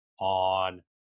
on